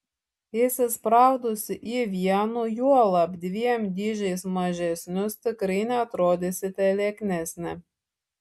įsispraudusi į vienu juolab dviem dydžiais mažesnius tikrai neatrodysite lieknesnė